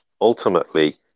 ultimately